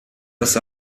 das